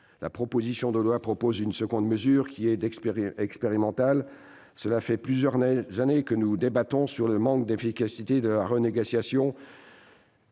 La proposition de loi comporte une deuxième mesure, qui est expérimentale. Cela fait plusieurs années que nous débattons du manque d'efficacité de la renégociation